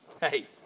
Hey